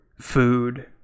food